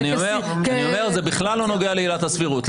אני אומר: זה בכלל לא נוגע לעילת הסבירות.